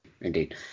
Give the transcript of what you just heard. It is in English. Indeed